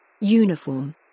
Uniform